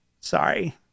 Sorry